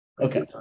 Okay